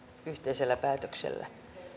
yhteisellä päätöksellä